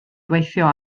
gweithio